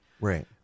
Right